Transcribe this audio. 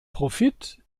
profit